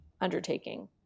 undertaking